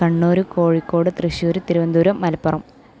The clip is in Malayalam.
കണ്ണൂർ കോഴിക്കോട് തൃശ്ശൂർ തിരുവനന്തപുരം മലപ്പുറം